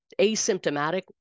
asymptomatic